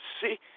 see